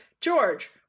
George